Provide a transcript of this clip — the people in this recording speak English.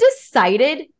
decided